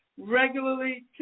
regularly